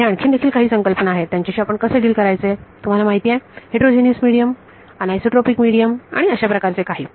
येथे आणखीन देखील काही संकल्पना आहेत त्यांच्याशी आपण कसे डिल करायचे तुम्हाला माहित आहे हेटरोजीनियस मिडीयम अनआयसोसट्रोपिक मिडीयम आणि अशा प्रकारचे काही